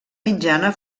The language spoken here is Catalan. mitjana